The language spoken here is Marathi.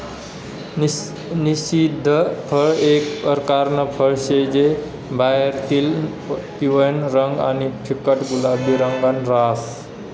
निषिद्ध फळ एक परकारनं फळ शे जे बाहेरतीन पिवयं रंगनं आणि फिक्कट गुलाबी रंगनं रहास